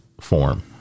form